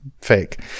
fake